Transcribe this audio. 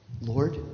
Lord